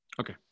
Okay